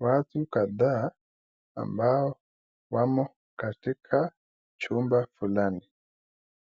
Watu kadhaa ambao wamo katika chumba fulani.